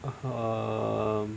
err